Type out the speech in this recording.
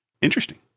interesting